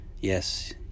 Yes